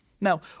Now